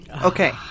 Okay